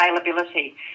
availability